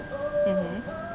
mmhmm